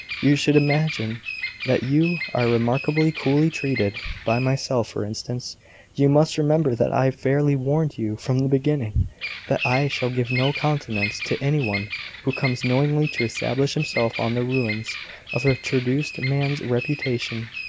you should imagine that you are remarkably coolly treated by myself, for instance you must remember that i fairly warned you from the beginning that i shall give no countenance to any one who comes knowingly to establish himself on the ruins of a traduced man's reputation.